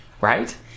right